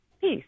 Peace